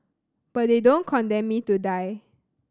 but they don't condemn me to die